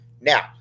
Now